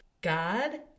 God